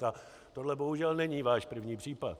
A tohle bohužel není váš první případ.